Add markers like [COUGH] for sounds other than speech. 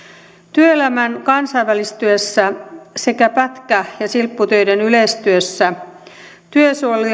työelämän kansainvälistyessä sekä pätkä ja silpputöiden yleistyessä työsuojelu [UNINTELLIGIBLE]